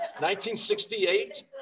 1968